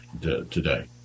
today